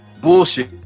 bullshit